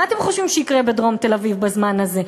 מה אתם חושבים שיקרה בדרום תל-אביב בזמן הזה?